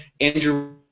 Andrew